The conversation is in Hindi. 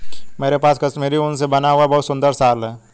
मेरे पास कश्मीरी ऊन से बना हुआ बहुत सुंदर शॉल है